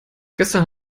gestern